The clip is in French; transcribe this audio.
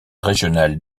régionale